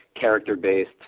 character-based